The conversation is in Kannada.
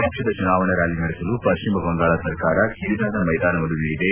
ಪಕ್ಷದ ಚುನಾವಣಾ ರ್ಕಾಲಿ ನಡೆಸಲು ಪಶ್ಚಿಮ ಬಂಗಾಳ ಸರ್ಕಾರ ಕಿರಿದಾದ ಮೈದಾನವನ್ನು ನೀಡಿದೆ